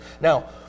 Now